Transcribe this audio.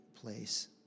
place